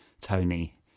tony